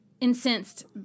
incensed